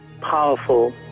powerful